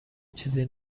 چیزی